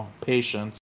patience